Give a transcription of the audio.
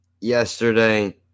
yesterday